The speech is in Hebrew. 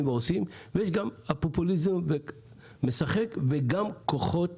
ועושים ויש גם פופוליזם שמשק וגם כוחות